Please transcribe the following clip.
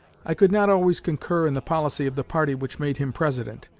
i could not always concur in the policy of the party which made him president,